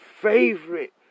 favorite